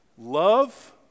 Love